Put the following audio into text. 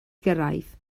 gyrraedd